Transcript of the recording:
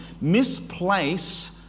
misplace